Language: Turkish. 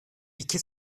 i̇ki